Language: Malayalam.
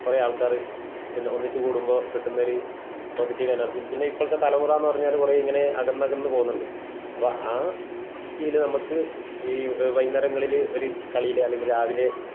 കുറെ ആൾക്കാർ പിന്നെ ഒന്നിച്ച് കൂടുമ്പോൾ കിട്ടുന്ന ഒരു പോസിറ്റീവ് എനർജിയും പിന്നെ ഇപ്പോഴത്തെ തലമുറ എന്ന് പറഞ്ഞാൽ കുറെ ഇങ്ങനെ അകന്ന് അകന്ന് പോകുന്നുണ്ട് അപ്പോൾ ആ ഇതിൽ നമുക്ക് ഈ വൈകുന്നേരങ്ങളിൽ ഒരു കളിയിൽ അല്ലെങ്കിൽ രാവിലെ